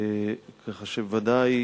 כך שבוודאי